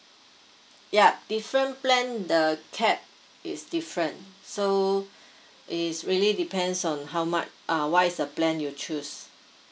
yeah different plan the cap is different so is really depends on how much uh what is the plan you choose